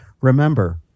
remember